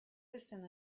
hussein